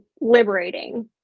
liberating